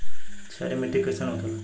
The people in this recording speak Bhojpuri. क्षारीय मिट्टी कइसन होखेला?